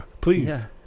Please